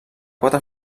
quatre